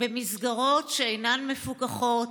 במסגרות שאינן מפוקחות.